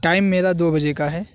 time میرا دو بجے کا ہے